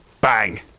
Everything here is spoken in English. bang